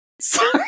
Sorry